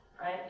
right